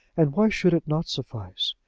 and why should it not suffice?